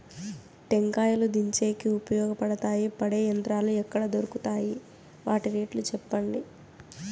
టెంకాయలు దించేకి ఉపయోగపడతాయి పడే యంత్రాలు ఎక్కడ దొరుకుతాయి? వాటి రేట్లు చెప్పండి?